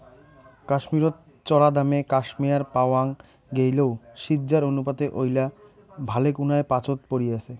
কাশ্মীরত চরাদামে ক্যাশমেয়ার পাওয়াং গেইলেও সিজ্জার অনুপাতে ঐলা ভালেকুনায় পাচোত পরি আচে